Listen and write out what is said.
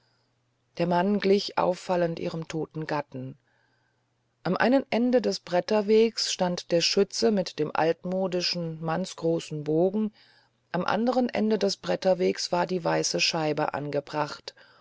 der mann glich auffallend ihrem toten gatten am einen ende des bretterwegs stand der schütze mit dem altmodischen mannsgroßen bogen am andern ende des bretterwegs war die weiße scheibe angebracht